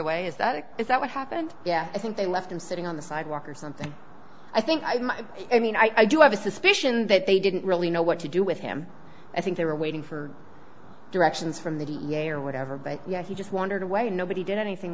away is that is that what happened yeah i think they left him sitting on the sidewalk or something i think i mean i do have a suspicion that they didn't really know what to do with him i think they were waiting for directions from the da or whatever but yet he just wandered away and nobody did anything